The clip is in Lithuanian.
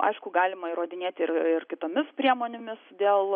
aišku galima įrodinėti ir ir kitomis priemonėmis dėl